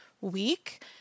week